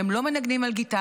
והם לא מנגנים על גיטרה,